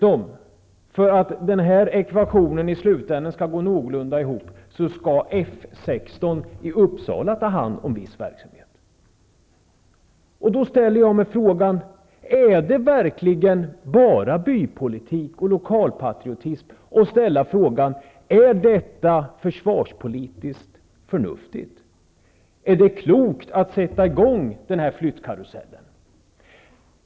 Och för att ekvationen i slutänden någorlunda skall kunna gå ihop skall vissa uppgifter som tidigare Kan det verkligen kallas för bypolitik och lokalpatriotism att ställa frågan om det är försvarspolitiskt förnuftigt med dessa omflyttningar? Är det klokt att sätta i gång den här flyttkarusellen?